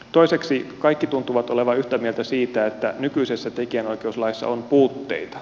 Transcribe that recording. toiseksi kaikki tuntuvat olevan yhtä mieltä siitä että nykyisessä tekijänoikeuslaissa on puutteita